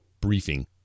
briefing